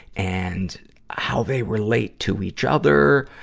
and how they relate to each other.